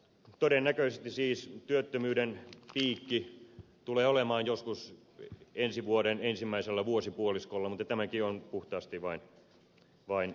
todennäköisesti siis työttömyyden piikki tulee olemaan joskus ensi vuoden ensimmäisellä vuosipuoliskolla mutta tämäkin on puhtaasti vain arvio